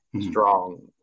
strong